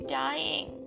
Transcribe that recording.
dying